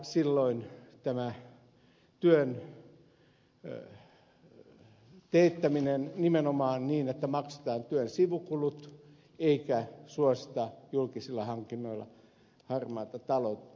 silloin toteutetaan työn teettäminen nimenomaan niin että maksetaan työn sivukulut eikä suosita julkisilla hankinnoilla harmaata taloutta